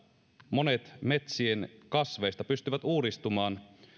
monet metsien kasveista pystyvät uudistumaan